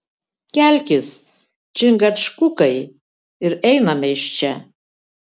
kelkis čingačgukai ir einame iš čia